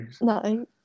No